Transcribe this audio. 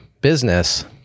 business